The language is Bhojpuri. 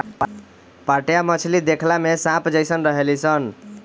पाटया मछली देखला में सांप जेइसन रहेली सन